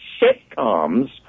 sitcoms